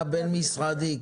והבין-משרדי,